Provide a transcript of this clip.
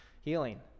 healing